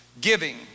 giving